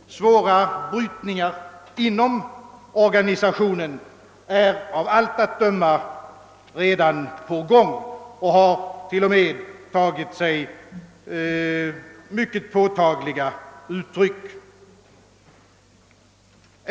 Svåra brytningar inom organisationen är av allt att döma redan på gång och har t.o.m. tagit sig mycket påtagliga uttryck.